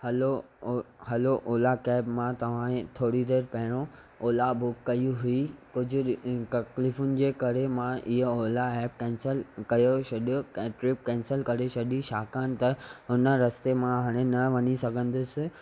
हलो hello Ola cab मां तव्हां ऐं थोरी देरि पहिरियों ओला बुक कई हुई कुझु तकलीफ़ुनि जे करे मां इहा ओला ऐब कैंसल कयो छॾियो ट्रिप कैंसल करे छॾी छाकाणि त उन रस्ते मां हाणे न वञी सघंदुसि